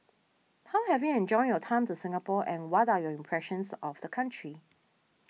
how have you enjoyed your time to Singapore and what are your impressions of the country